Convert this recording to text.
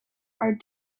are